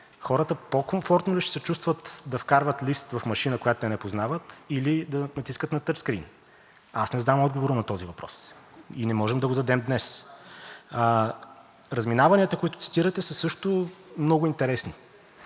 Хората по-комфортно ли ще се чувстват да вкарват лист в машина, която те не познават, или да натискат на тъчскрийн? Не знам отговора на този въпрос и не можем да го дадем днес. Разминаванията, които цитирате, са също много интересни.